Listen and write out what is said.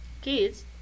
kids